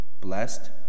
blessed